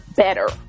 better